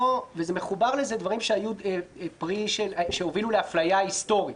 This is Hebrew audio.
ומחוברים לזה דברים שהובילו לאפליה היסטורית,